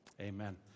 Amen